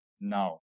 now